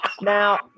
Now